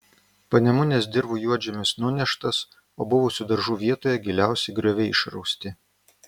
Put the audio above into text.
panemunės dirvų juodžemis nuneštas o buvusių daržų vietoje giliausi grioviai išrausti